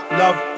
love